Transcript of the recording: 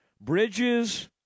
Bridges